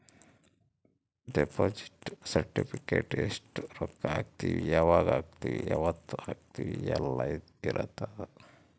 deposit certificate ಎಸ್ಟ ರೊಕ್ಕ ಹಾಕೀವಿ ಯಾವಾಗ ಹಾಕೀವಿ ಯಾವತ್ತ ಹಾಕೀವಿ ಯೆಲ್ಲ ಇರತದ